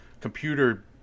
computer